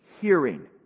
hearing